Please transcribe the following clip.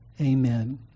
amen